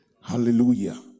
Hallelujah